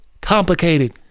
complicated